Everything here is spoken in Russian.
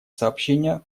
сообщения